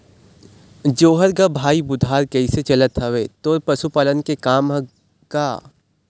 जोहार गा भाई बुधार कइसे चलत हवय तोर पशुपालन के काम ह गा?